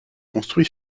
construit